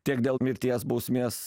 tiek dėl mirties bausmės